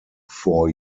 four